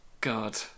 God